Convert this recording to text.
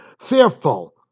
fearful